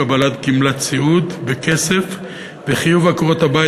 קבלת גמלת סיעוד בכסף וחיוב עקרות-הבית